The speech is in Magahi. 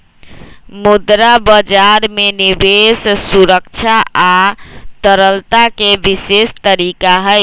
मुद्रा बजार में निवेश सुरक्षा आ तरलता के विशेष तरीका हई